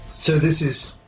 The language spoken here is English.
so this is.